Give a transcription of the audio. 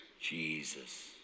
Jesus